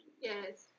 Yes